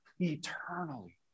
Eternally